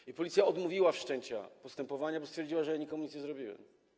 I Policja odmówiła wszczęcia postępowania, bo stwierdziła, że nikomu nic nie zrobiłem.